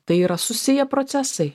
tai yra susiję procesai